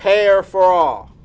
payer for all